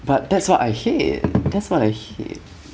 but that's what I hate that's what I hate